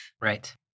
Right